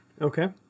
Okay